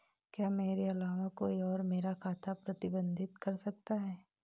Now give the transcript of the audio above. क्या मेरे अलावा कोई और मेरा खाता प्रबंधित कर सकता है?